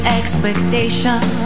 expectation